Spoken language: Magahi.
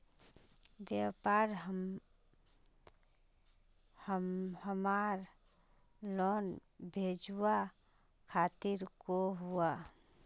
व्यापार हमार लोन भेजुआ तारीख को हुआ?